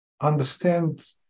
understand